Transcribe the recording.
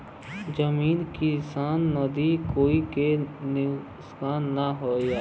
जमीन किसान नदी कोई के नुकसान न होये